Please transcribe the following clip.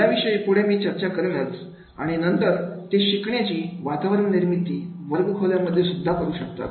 याविषयी पुढे मी चर्चा करेनच आणि नंतर ते शिकण्याची वातावरण निर्मिती वर्गखोल्या मध्ये सुद्धा करू शकतात